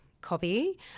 copy